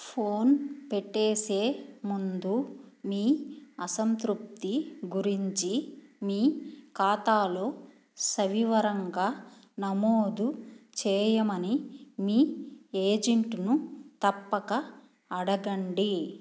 phone పెట్టే ముందు మీ అసంతృప్తి గురించి మీ ఖాతాలో సవివరంగా నమోదు చేయమని మీ ఏజెంట్ను తప్పక అడగండి